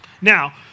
Now